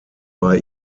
bei